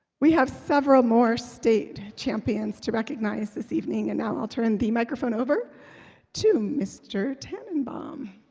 we have several more state champions to recognize this evening and now i'll turn the microphone over to mr. tannenbaum